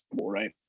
right